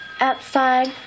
Outside